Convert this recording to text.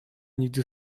nigdy